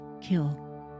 kill